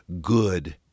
good